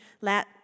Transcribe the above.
let